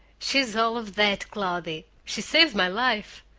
she's all of that, cloudy! she saved my life!